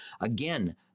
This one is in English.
Again